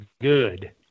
good